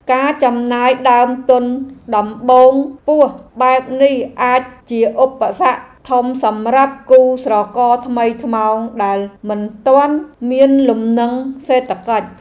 ការចំណាយដើមទុនដំបូងខ្ពស់បែបនេះអាចជាឧបសគ្គធំសម្រាប់គូស្រករថ្មីថ្មោងដែលមិនទាន់មានលំនឹងសេដ្ឋកិច្ច។